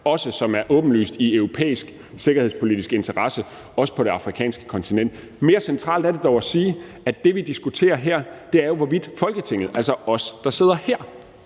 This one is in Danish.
som er åbenlyst i europæisk sikkerhedspolitisk interesse, også på det afrikanske kontinent. Mere centralt er det dog at sige, at det, vi diskuterer her, jo er, hvorvidt Folketinget – altså os, der sidder her